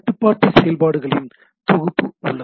கட்டுப்பாட்டு செயல்பாடுகளின் தொகுப்பு உள்ளது